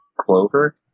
Clover